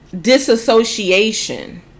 disassociation